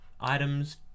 items